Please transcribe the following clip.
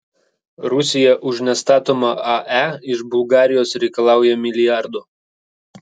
rusija už nestatomą ae iš bulgarijos reikalauja milijardo